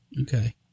Okay